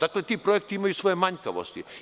Dakle, ti projekti imaju svoje manjkavosti.